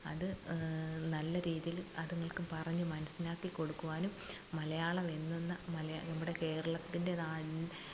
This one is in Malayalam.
അത് നല്ല രീതിയിൽ അതുങ്ങൾക്ക് പറഞ്ഞ് മനസ്സിലാക്കിക്കൊടുക്കാനും മലയാളം എന്നന്ന നമ്മുടെ കേരളത്തിൻ്റെതായ